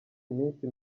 iminsi